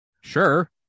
Sure